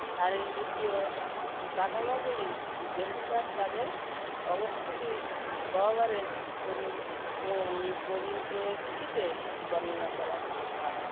শারীরবৃত্তীয় কাঠামোগুলি বেশিরভাগ তাদের অবস্থিতি গহ্বরের পরি পরিপ্রেক্ষিতে বর্ণনা করা হয়